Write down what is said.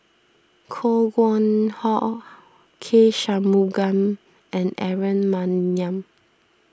Koh Nguang How K Shanmugam and Aaron Maniam